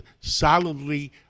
solidly